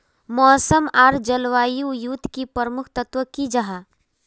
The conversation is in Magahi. मौसम आर जलवायु युत की प्रमुख तत्व की जाहा?